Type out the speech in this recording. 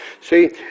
See